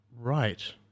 right